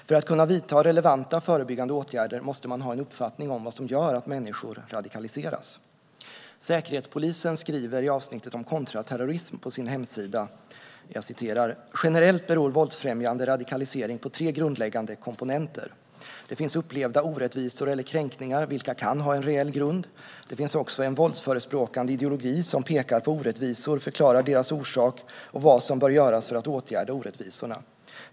För att kunna vidta relevanta, förebyggande åtgärder måste man ha en uppfattning om vad som gör att människor radikaliseras. Säkerhetspolisen skriver i avsnittet om kontraterrorism på sin hemsida: "Generellt beror våldsfrämjande radikalisering på tre grundläggande komponenter. Det finns upplevda orättvisor eller kränkningar, vilka kan ha en reell grund. Det finns också en våldsförespråkande ideologi som pekar på orättvisor, förklarar deras orsak och vad som bör göras för att åtgärda orättvisorna.